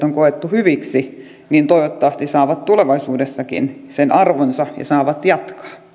on koettu hyviksi ne toivottavasti saavat tulevaisuudessakin sen arvonsa ja saavat jatkaa